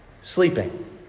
sleeping